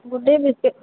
good day biscuit